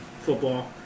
football